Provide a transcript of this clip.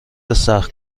سخت